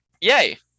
Yay